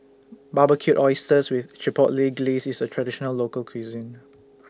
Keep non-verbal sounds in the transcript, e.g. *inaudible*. Barbecued *noise* Oysters with Chipotle Glaze IS A Traditional Local Cuisine